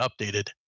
updated